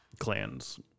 clans